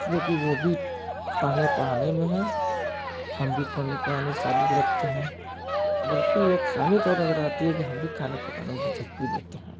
اس لئے کہ وہ بھی پڑھنے پڑھانے میں ہیں ہم بھی پڑھنے پڑھانے سے تعلق رکھتے ہیں بلکہ یکسانیت اور نظر آتی ہے کہ ہم بھی کھانا پکانے میں دلچسپی لیتے ہیں